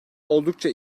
oldukça